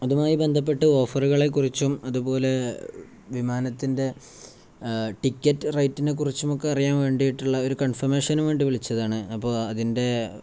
അതുമായി ബന്ധപ്പെട്ട് ഓഫറുകളെക്കുറിച്ചും അതുപോലെ വിമാനത്തിൻ്റെ ടിക്കറ്റ് റേറ്റിനെ കുുറിച്ചുമൊക്കെ അറിയാൻ വേണ്ടിയിട്ടുള്ള ഒരു കൺഫർമേഷനുവേണ്ടി വിളിച്ചതാണ് അപ്പോഴതിൻ്റെ